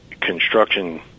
construction